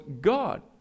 God